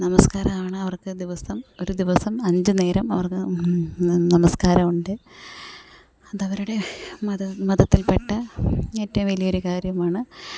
നമസ്കാരമാണവർക്ക് ദിവസം ഒരു ദിവസം അഞ്ച് നേരം അവർക്ക് നമസ്കാരമുണ്ട് അതവരുടെ മത മതത്തിൽപ്പെട്ട ഏറ്റവും വലിയൊരു കാര്യമാണ്